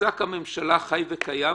תצעק הממשלה חי וקיים,